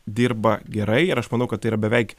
dirba gerai ir aš manau kad tai yra beveik